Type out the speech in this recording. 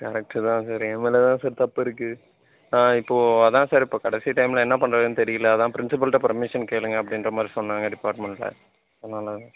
correct தான் sir என் மேலே தான் சார் தப்பு இருக்குது ஆ இப்போ அதான் சார் இப்போ கடைசி டைம்யில் என்ன பண்ணுறதுன்னு தெரியல அதான் ப்ரின்ஸிபல்கிட்ட பர்மிஷன் கேளுங்கள் அப்படின்ற மாதிரி சொன்னாங்கள் டிப்பார்ட்மெண்ட்டில் அதனால்